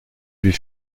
wie